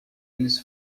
eles